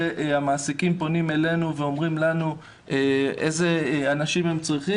המעסיקים פונים אלינו ואומרים איזה אנשים הם צריכים